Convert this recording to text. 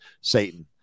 Satan